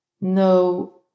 no